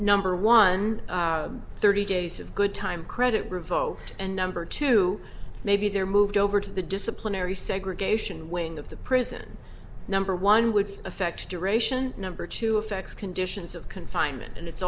number one thirty days of good time credit revo and number two maybe they're moved over to the disciplinary segregation wing of the prison number one would affect duration number two effects conditions of confinement and it's